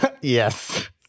Yes